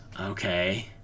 Okay